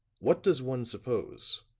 what does one suppose?